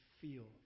feel